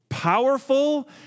powerful